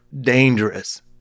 dangerous